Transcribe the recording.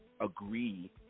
agree